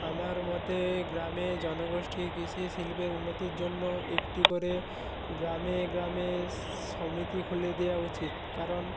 আমার মতে গ্রামে জনগোষ্ঠী কৃষি শিল্পের উন্নতির জন্য একটি করে গ্রামে গ্রামে সমিতি খুলে দেওয়া উচিত কারণ